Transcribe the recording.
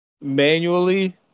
manually